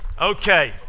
Okay